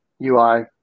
UI